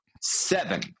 Seven